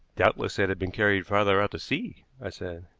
doubtless it had been carried farther out to sea, i said.